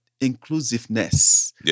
inclusiveness